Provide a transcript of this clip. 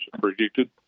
predicted